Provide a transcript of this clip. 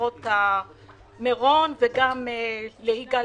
למשפחות נפגעי מירון וגם ליגאל